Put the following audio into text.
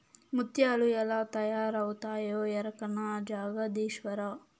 ముత్యాలు ఎలా తయారవుతాయో ఎరకనా జగదీశ్వరా